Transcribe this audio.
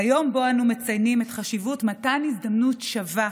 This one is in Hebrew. ביום שבו אנו מציינים את חשיבות מתן הזדמנות שווה